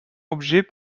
objet